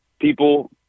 people